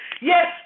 Yes